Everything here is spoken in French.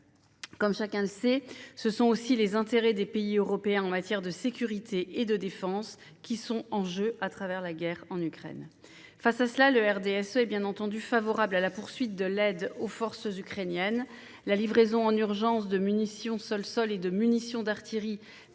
Comme chacun sait, ce sont aussi les intérêts des pays européens en matière de sécurité et de défense qui sont en jeu au travers de la guerre en Ukraine. Face à cette situation, le RDSE est bien entendu favorable à la poursuite de l'aide aux forces ukrainiennes. La livraison en urgence de munitions sol-sol et de munitions d'artillerie,